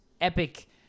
epic